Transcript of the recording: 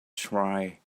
try